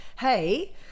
hey